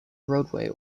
roadway